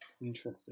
Interesting